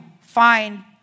find